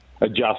adjust